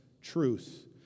truth